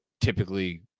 typically